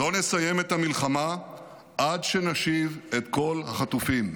לא נסיים את המלחמה עד שנשיב את כל החטופים.